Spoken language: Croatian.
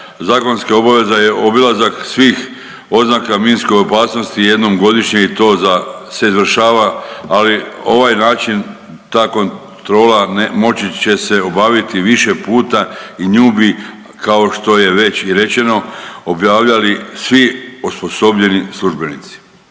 zakonskih obaveza je obilazak svih oznaka minske opasnosti jednom godišnje i to za se izvršava, ali ovaj način, ta kontrola ne, moći će se obaviti više puta i nju bi kao što je već i rečeno objavljali svi osposobljeni službenici.